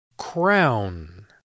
Crown